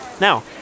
Now